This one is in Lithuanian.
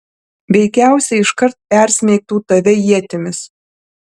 veikiausiai iškart persmeigtų tave ietimis